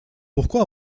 pourquoi